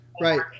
Right